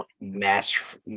mass